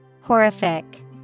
Horrific